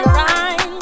right